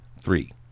three